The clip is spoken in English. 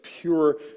pure